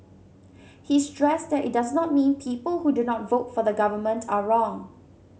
he stressed that it does not mean people who do not vote for the Government are wrong